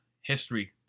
history